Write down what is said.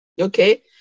Okay